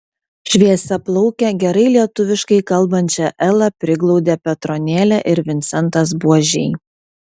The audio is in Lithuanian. šviesiaplaukę gerai lietuviškai kalbančią elą priglaudė petronėlė ir vincentas buožiai